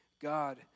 God